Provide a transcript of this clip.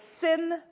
sin